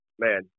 Man